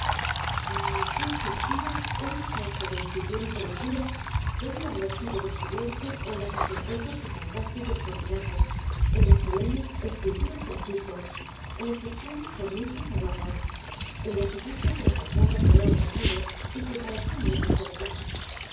y yo sentía cuánto hasta de incipiente locura podía h a b e r sido descubierto en los ostentosos y fantásticos cortinajes en las solemnes esculturas de egipto en las extrañas cornisas y adornos en los dibujos d é l a s alfombras de oro tejido y que parecían hechos en bedlam